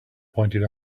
pointed